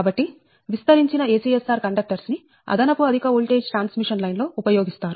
కాబట్టి విస్తరించిన ACSR conductors ని అదనపు అధిక ఓల్టేజ్ ట్రాన్స్ మిషన్ లైన్ లో ఉపయోగిస్తారు